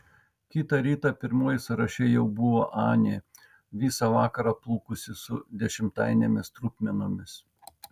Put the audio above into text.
kitą rytą pirmoji sąraše jau buvo anė visą vakarą plūkusis su dešimtainėmis trupmenomis